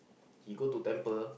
he go to temple